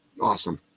Awesome